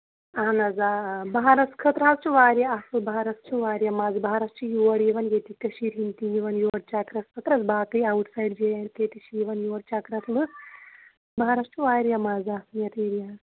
اَہَن حظ آ آ بِہارَس خٲطرٕ حظ چھُ واریاہ اَصٕل بَہارَس چھُ واریاہ مَزٕ بَہارَس چھِ یور یِوان ییٚتہِ کٔشیٖر ہِنٛدۍ تہِ یِوان یور چَکرَس باقٕے outside J and K تہِ چھِ یِوان یور چَکرَس لُکھ بَہارَس چھُ واریاہ مَزٕ آسان یَتھ ایریاہَس